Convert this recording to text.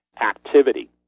activity